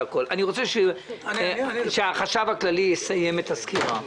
אני רוצה שהחשב הכללי יסיים את הסקירה.